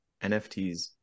NFTs